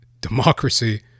democracy